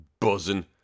buzzing